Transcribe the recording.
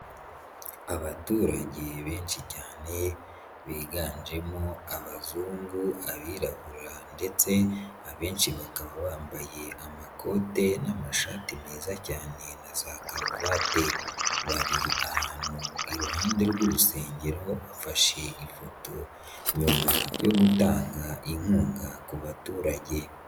Abaturage benshi cyane biganjemo abazungu, abirabura ndetse abenshi bakaba bambaye amakote n'amashati meza cyane na za karuvate, bari ahantu iruhande rw'urusengero bafashe ifoto nyuma yo gutanga inkunga ku baturage.